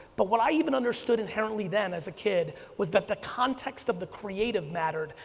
but what i even understood inherently then as a kid was that the context of the creative mattered,